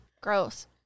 Gross